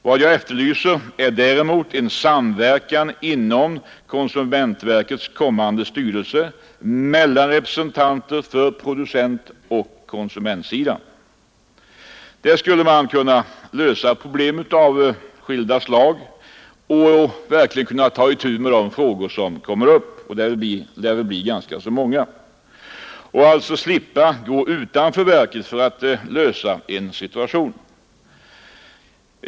Vad jag efterlyser är däremot en samverkan inom konsumentverkets kommande styrelse mellan representanter för producentoch konsumentsidan. Där skulle man kunna lösa problem av skilda slag och verkligen kunna ta itu med de frågor som kommer upp, och det lär bli många. Man skulle alltså slippa gå utanför verket för att lösa en situation.